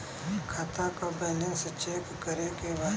खाता का balance check करे के बा?